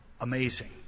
Amazing